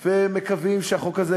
מקווים שהחוק הזה,